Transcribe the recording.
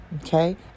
Okay